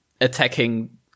attacking